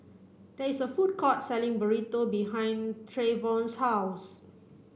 there is a food court selling Burrito behind Trayvon's house